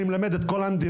אני מלמד את כל המדינה,